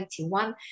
2021